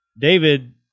David